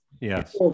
yes